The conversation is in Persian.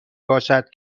باشد